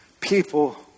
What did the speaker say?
people